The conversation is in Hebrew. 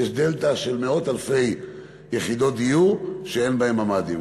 יש דלתא של מאות אלפי יחידות דיור שאין בהן ממ"דים.